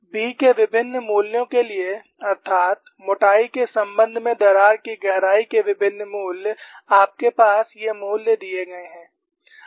B के विभिन्न मूल्यों के लिए अर्थात् मोटाई के संबंध में दरार की गहराई के विभिन्न मूल्य आपके पास ये मूल्य दिए गए हैं